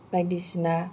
बायदिसिना